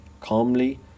calmly